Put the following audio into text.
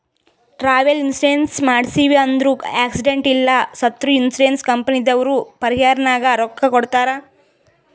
travel insurance ಮಾಡ್ಸಿವ್ ಅಂದುರ್ accident ಇಲ್ಲ ಸತ್ತುರ್ ಇನ್ಸೂರೆನ್ಸ್ ಕಂಪನಿದವ್ರು ಪರಿಹಾರನಾಗ್ ರೊಕ್ಕಾ ಕೊಡ್ತಾರ್